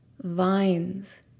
vines